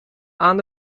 aan